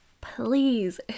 Please